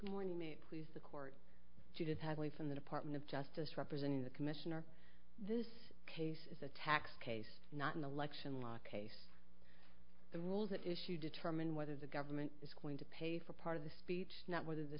morning me please the court should have me from the department of justice representing the commissioner this case is a tax case not an election law case the rules at issue determine whether the government is going to pay for part of the speech not whether the